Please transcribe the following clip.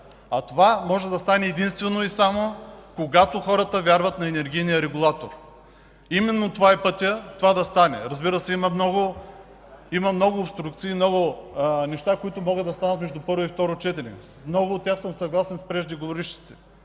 а това може да стане, единствено и само когато хората вярват на енергийния регулатор. Именно това е пътят то да се случи. Разбира се, има много обструкции, много неща, които могат да станат между първо и второ четене. По много от тях съм съгласен с преждеговорившите.